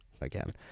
again